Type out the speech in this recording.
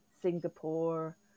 Singapore